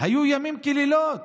היו ימים ולילות.